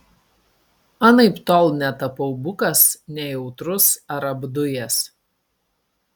anaiptol netapau bukas nejautrus ar apdujęs